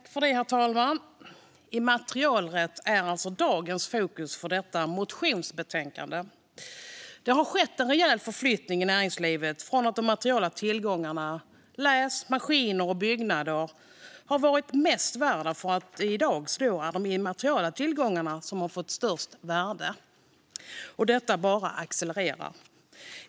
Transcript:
Herr talman! Immaterialrätt är alltså dagens fokus för detta motionsbetänkande. Det har skett en rejäl förflyttning i näringslivet från att de materiella tillgångarna, läs maskiner och byggnader, har varit mest värda till att det i dag är de immateriella tillgångarna som har fått störst värde. Detta bara accelererar.